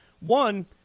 One